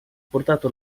portato